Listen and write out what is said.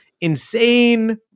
insane